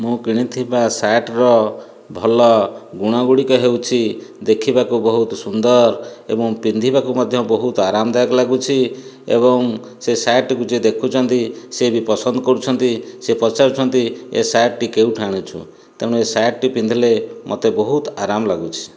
ମୁଁ କିଣିଥିବା ସାର୍ଟର ଭଲ ଗୁଣ ଗୁଡ଼ିକ ହେଉଛି ଦେଖିବାକୁ ବହୁତ ସୁନ୍ଦର ଏବଂ ପିନ୍ଧିବାକୁ ମଧ୍ୟ ବହୁତ ଆରାମଦାୟକ ଲାଗୁଛି ଏବଂ ସେହି ସାର୍ଟକୁ ଯିଏ ଦେଖୁଛନ୍ତି ସେ ବି ପସନ୍ଦ କରୁଛନ୍ତି ଯେ ପଚାରୁଛନ୍ତି ଏହି ସାର୍ଟଟିକୁ କେଉଁଠୁ ଆଣିଛୁ ତେଣୁ ଏହି ସାର୍ଟଟି ପିନ୍ଧିଲେ ମୋତେ ବହୁତ ଆରାମ ଲାଗୁଛି